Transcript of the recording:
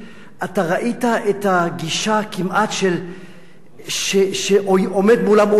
אתה ראית את הגישה שכמעט עומד מולם אויב.